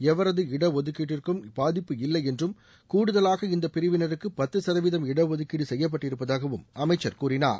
எவரது ஒடஒதுக்கீட்டிற்கும் பாதிப்பு இல்லை என்றும் கூடுதலாக இந்த பிரிவினருக்கு பத்து சதவீதம் இடஒதுக்கீடு செய்யப்பட்டிருப்பதாகவும் அமைச்சர் கூறினார்